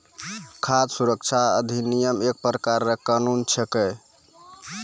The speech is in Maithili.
खाद सुरक्षा अधिनियम एक प्रकार रो कानून छिकै